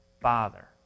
father